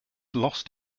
lost